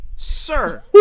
Sir